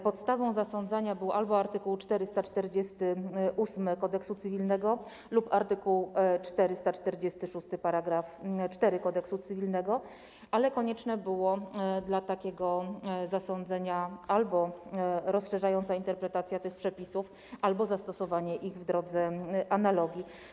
Podstawą zasądzania był albo art. 448 Kodeksu cywilnego, albo art. 446 § 4 Kodeksu cywilnego, ale konieczna była dla takiego zasądzenia albo rozszerzająca interpretacja tych przepisów, albo zastosowanie ich w drodze analogii.